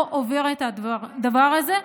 לא עובר את הדבר הזה,